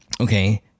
okay